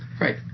Right